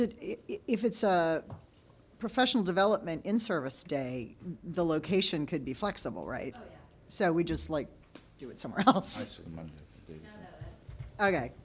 it if it's a professional development in service date the location could be flexible right so we just like do it somewhere else